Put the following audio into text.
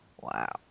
Wow